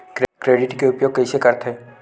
Credit के उपयोग कइसे करथे?